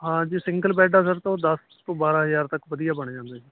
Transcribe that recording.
ਹਾਂ ਜੇ single bed ਆ ਸਰ ਤਾਂ ਉਹ ਦਸ ਤੋਂ ਬਾਰ੍ਹਾਂ ਹਜ਼ਾਰ ਤੱਕ ਵਧੀਆ ਬਣ ਜਾਂਦਾ ਜੀ